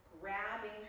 grabbing